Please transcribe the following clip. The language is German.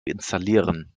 installieren